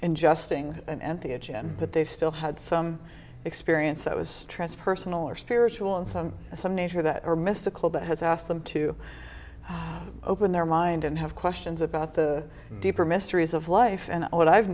just ing and the agenda but they still had some experience that was transpersonal or spiritual and some some nature that are mystical but has asked them to open their mind and have questions about the deeper mysteries of life and what i've